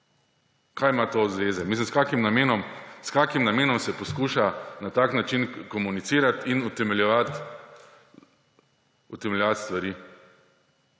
Kaj ima to zveze, mislim, s kakšnim namenom se poskuša na tak način komunicirati in utemeljevati stvari?